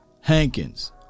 Hankins